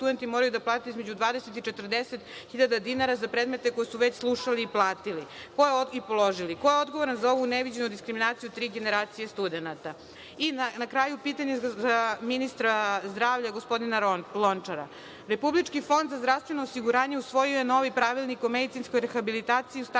studenti moraju da plate između 20 i 40 hiljada dinara za predmete koji su već slušali i platili i položili? Ko je odgovoran za ovu neviđenu diskriminaciju tri generacije studenata? Na kraju, pitanje za ministra zdravlja gospodina Lončara. Republički fond za zdravstveno osiguranje usvojio je novi Pravilnik o medicinskoj rehabilitaciji u stacionarnim